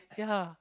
yeah